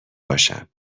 باشم